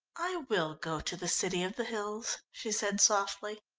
i will go to the city of the hills, she said softly,